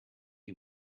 you